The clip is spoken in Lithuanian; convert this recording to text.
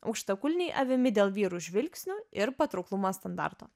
aukštakulniai avimi dėl vyrų žvilgsnių ir patrauklumo standarto